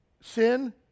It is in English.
sin